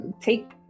take